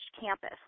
campus